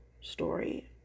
story